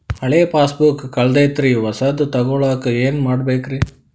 ಹಳೆ ಪಾಸ್ಬುಕ್ ಕಲ್ದೈತ್ರಿ ಹೊಸದ ತಗೊಳಕ್ ಏನ್ ಮಾಡ್ಬೇಕರಿ?